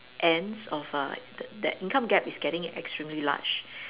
ends of a the that income gap is getting extremely large